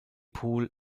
pool